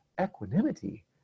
equanimity